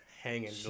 hanging